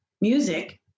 Music